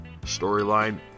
storyline